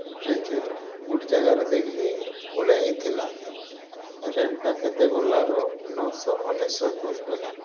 blazer ଗୋଟେ ଜାଗାରେ ଦେଖିଲି ଓହ୍ଲେଇ ହୋଇଥିଲା ରେଟ୍ଟା କେତେ ବୋଇଲାରୁ ନଅଶହ ଅନେଶ୍ୱତ ବୋଲି କହିଲା